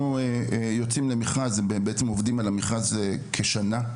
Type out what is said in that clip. אנחנו יוצאים למכרז, בעצם עובדים על המכרז כשנה.